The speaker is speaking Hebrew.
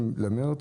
במרץ: